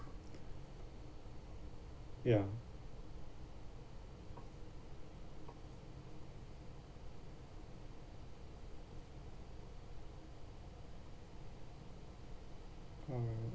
ya mm